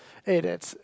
eh that's